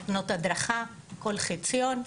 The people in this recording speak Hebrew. נותנות הדרכה כל חציון,